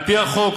על-פי החוק,